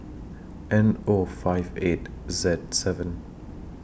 N O five eight Z seven